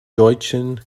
deutschen